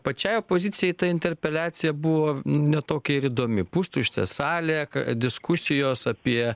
pačiai opozicijai ta interpeliacija buvo ne tokia ir įdomi pustuštė salė diskusijos apie